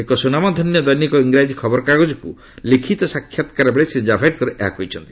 ଏକ ସ୍ପନାମଧନ୍ୟ ଦୈନିକ ଇଂରାଜୀ ଖବରକାଗଜକୁ ଲିଖିତ ସାକ୍ଷାତକାର ବେଲେ ଶ୍ରୀ ଜାଭଡେକର ଏହା କହିଛନ୍ତି